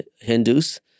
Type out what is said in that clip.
Hindus